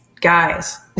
guys